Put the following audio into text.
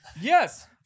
yes